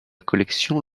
collection